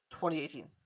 2018